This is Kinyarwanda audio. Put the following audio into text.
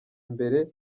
imbere